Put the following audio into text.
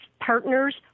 partners